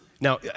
Now